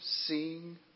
sing